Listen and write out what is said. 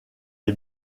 est